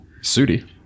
Sudi